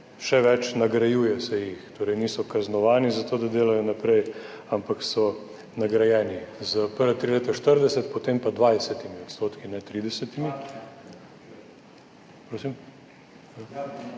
še več, nagrajuje se jih, torej niso kaznovani, zato da delajo naprej, ampak so nagrajeni za prva tri leta 40 %, potem pa 20 %, ne 30 %.